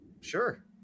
Sure